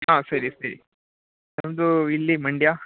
ಹಾಂ ಸರಿ ಸರಿ ನಮ್ದು ಇಲ್ಲಿ ಮಂಡ್ಯ